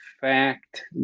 fact